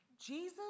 Jesus